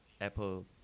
Apple